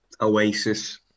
Oasis